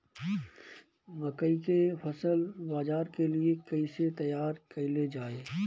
मकई के फसल बाजार के लिए कइसे तैयार कईले जाए?